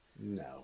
No